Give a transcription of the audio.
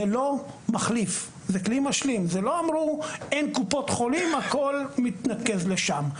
לא אמרו, אין קופות חולים, הכול מתנקז לשם.